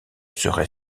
serai